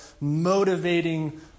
motivating